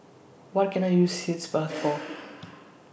What Can I use Sitz Bath For